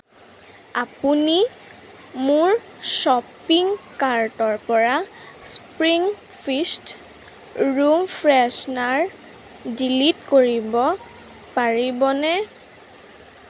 আপুনি মোৰ শ্বপিং কাৰ্টৰ পৰা spring feast room freshener delete কৰিব পাৰিবনে